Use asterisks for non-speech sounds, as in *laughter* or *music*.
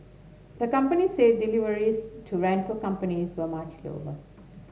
the company said deliveries to rental companies were much *unintelligible*